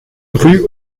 rue